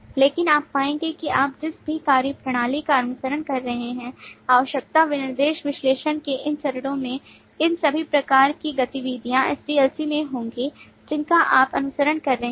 लेकिन आप पाएंगे कि आप जिस भी कार्यप्रणाली का अनुसरण कर रहे हैं आवश्यकता विनिर्देशन विश्लेषण के इन चरणों में इन सभी प्रकार की गतिविधियाँ SDLC में होंगी जिनका आप अनुसरण कर रहे हैं